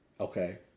okay